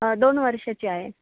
दोन वर्षाची आहे